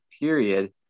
period